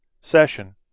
session